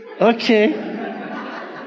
Okay